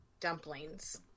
dumplings